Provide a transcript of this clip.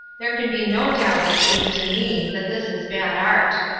there can be no doubt, it seems to me, that this is bad art.